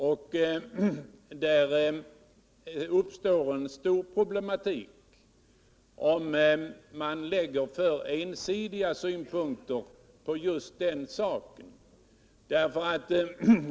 Det uppstår en stor problematik, om man anlägger för ensidiga synpunkter på just den saken.